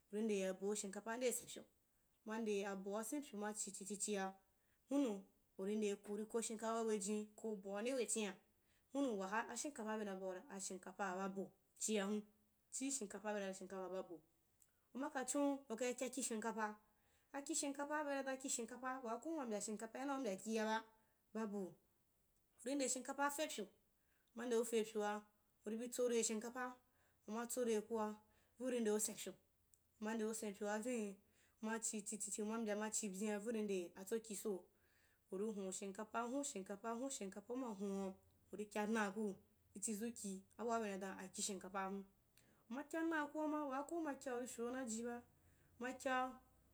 Uri ndei abo shimkapaa nde senpyu, uma nde aboa senpyua machichi chia, hunnu, uri ndei. Uri ko shimkapa wechin’a, hunnu waa ashimkapa bena baud an ashimkapaa b abo, chia hun chii shimkapaa benai bau shimkapa b abo. Uma ka chon, uka kyaki shimkapa, aki shimkapa bena dan ki shimkapaa, baa ko uma mbya shimkapa na u mbya kiaba, babu, urinde shimkapaa fepyu uma ndei kepyua, uri tsore shimkapaa, uma tsore kua, vin uri ndei senpyu, uma nde senpyua vin, machichi chi, uma mbya machi byeu’a vin uri nde atsoki so, uri hun shimkapaa, hun shimkapaa, hun shimkapaa uma huni uri kyanaa ku, ichi zuki abua benai dan aki shimkapaa hun. Uma kyanaa kuama waa ko uma kyaa uri keuna jib a uma kyaa